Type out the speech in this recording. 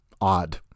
odd